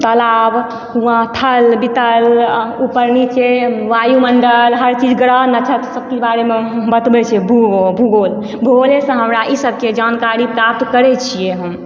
तालाब कुआँ थल बितल उपर नीचे वायुमण्डल हर चीज ग्रह नक्षत्र सबके बारेमे बतबय छै भूगोल भूगोलेसँ हमरा ई सबके जानकारी प्राप्त करय छियै हम